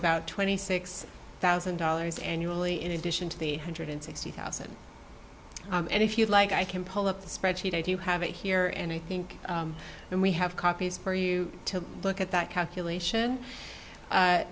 about twenty six thousand dollars annually in addition to the hundred sixty thousand and if you'd like i can pull up the spreadsheet i do you have it here and i think and we have copies for you to look at that calculation